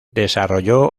desarrolló